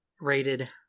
rated